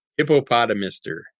hippopotamister